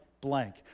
blank